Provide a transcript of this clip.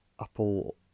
Apple